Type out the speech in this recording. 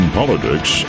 politics